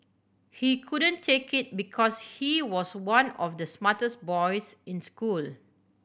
he couldn't take it because he was one of the smartest boys in school